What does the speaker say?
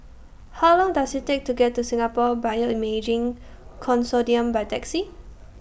How Long Does IT Take to get to Singapore Bioimaging Consortium By Taxi